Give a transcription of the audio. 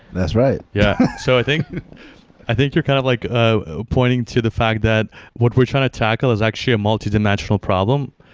that's right. yeah. so i think i think you're kind of like ah ah pointing to the fact that what we're trying to tackle is actually a multidimensional problem.